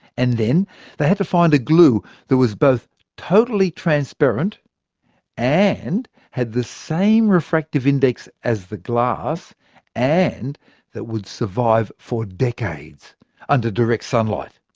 and then they had to find a glue that was both totally transparent and had the same refractive index as the glass and that would survive for decades under direct sunlight.